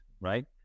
right